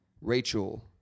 Rachel